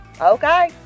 okay